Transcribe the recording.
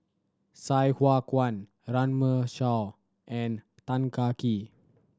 Sai Hua Kuan Runme Shaw and Tan Kah Kee